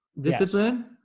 discipline